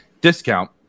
discount